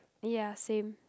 ya same